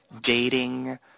dating